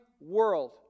world